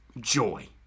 joy